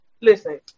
listen